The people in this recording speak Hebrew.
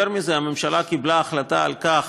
יותר מזה, הממשלה קיבלה החלטה על כך,